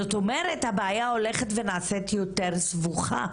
זאת אומרת: הבעיה הולכת ונעשית יותר סבוכה.